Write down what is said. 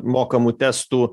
mokamų testų